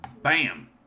Bam